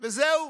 וזהו.